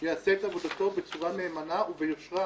יעשה את עבודתו בצורה נאמנה וביושרה,